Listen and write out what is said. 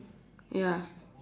ya